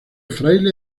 fraile